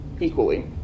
equally